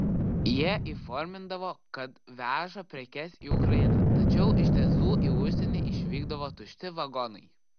jie įformindavo kad veža prekes į ukrainą tačiau iš tiesų į užsienį išvykdavo tušti vagonai